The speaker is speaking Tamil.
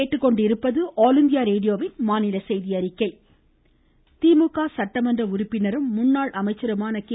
மறைவு திமுக சட்டமன்ற உறுப்பினரும் முன்னாள் அமைச்சருமான கே